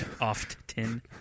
Often